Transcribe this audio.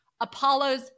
Apollo's